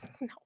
no